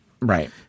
Right